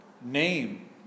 name